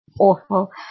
awful